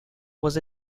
was